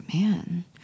Man